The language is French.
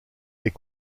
est